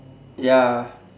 ya